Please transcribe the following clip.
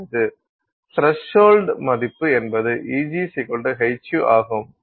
threshold மதிப்பு என்பது Eghυ ஆகும்